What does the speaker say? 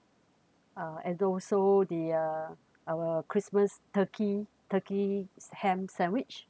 uh and also the uh our christmas turkey turkey ham sandwich